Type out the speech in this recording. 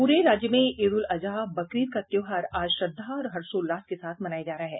पूरे राज्य में ईद उल अजहा बकरीद का त्योहार आज श्रद्धा और हर्षोल्लास के साथ मनाया जा रहा है